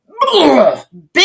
Bitch